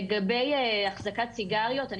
לגבי החזקת סיגריות,